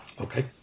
Okay